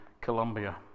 Colombia